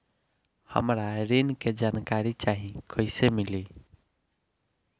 हमरा ऋण के जानकारी चाही कइसे मिली?